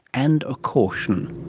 and a caution.